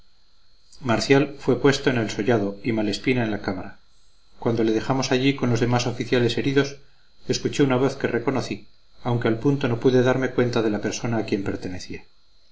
marcial fue puesto en el sollado y malespina en la cámara cuando le dejamos allí con los demás oficiales heridos escuché una voz que reconocí aunque al punto no pude darme cuenta de la persona a quien pertenecía